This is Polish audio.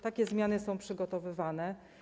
Takie zmiany są przygotowywane.